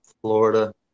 Florida